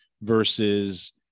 versus